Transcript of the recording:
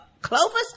Clovis